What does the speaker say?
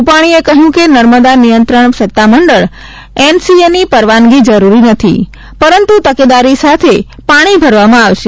રૂપાણીએ કહ્યું કે નર્મદા નિયંત્રણ સત્તામંડળ એનસીએ ની પરવાનગી જરૂરી નથી પરંતુ તકેદારી સાથે પાણી ભરવામાં આવશે